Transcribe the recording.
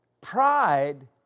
Pride